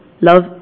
love